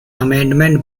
amendment